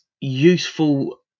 useful